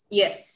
yes